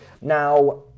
Now